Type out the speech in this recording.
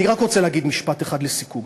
אני רק רוצה להגיד משפט אחד לסיכום,